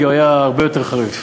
כי הוא היה הרבה יותר חריף.